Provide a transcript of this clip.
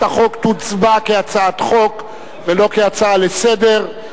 החוק תוצבע כהצעת חוק ולא כהצעה לסדר-היום.